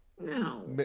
no